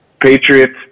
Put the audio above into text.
Patriots